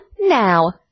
now